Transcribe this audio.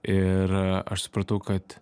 ir aš supratau kad